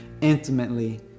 intimately